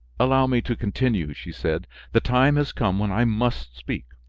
allow me to continue, she said, the time has come when i must speak.